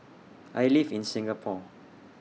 I live in Singapore